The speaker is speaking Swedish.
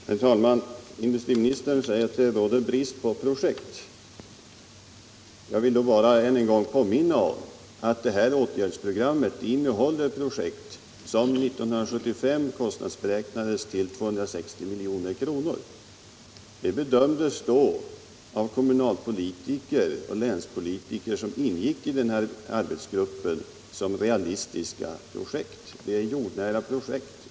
Herr talman! Industriministern säger att det råder brist på projekt, men jag vill än en gång påminna om att det här åtgärdsprogrammet innehåller projekt som 1975 kostnadsberäknades till 260 milj.kr. Kommunalpolitiker och länspolitiker i arbetsgruppen bedömde då att dessa projekt var realistiska och jordnära.